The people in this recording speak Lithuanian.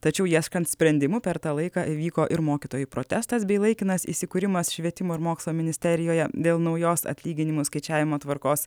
tačiau ieškant sprendimų per tą laiką įvyko ir mokytojų protestas bei laikinas įsikūrimas švietimo ir mokslo ministerijoje dėl naujos atlyginimų skaičiavimo tvarkos